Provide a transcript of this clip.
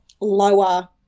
lower